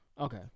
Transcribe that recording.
Okay